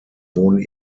wohnen